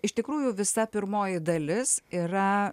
iš tikrųjų visa pirmoji dalis yra